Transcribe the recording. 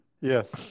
Yes